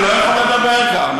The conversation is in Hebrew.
אני לא יכול לדבר כאן.